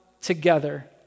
together